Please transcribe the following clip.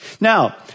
Now